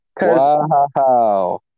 Wow